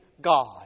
God